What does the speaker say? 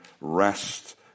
rest